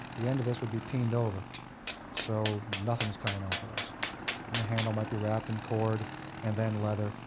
the end of this would be peaned over so nothing's coming off of this. and the handle might be wrapped in cord and then leather,